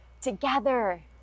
together